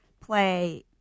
play